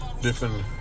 different